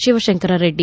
Shivashankar Reddy